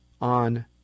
on